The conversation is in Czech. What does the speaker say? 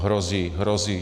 Hrozí, hrozí.